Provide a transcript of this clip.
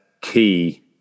key